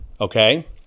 okay